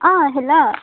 ओ हेलौ